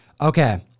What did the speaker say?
Okay